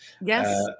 Yes